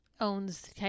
owns